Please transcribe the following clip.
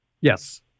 Yes